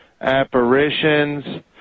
apparitions